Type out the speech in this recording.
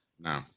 no